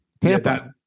Tampa